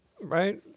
Right